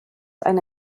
eine